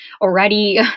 already